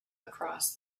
across